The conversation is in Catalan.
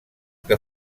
que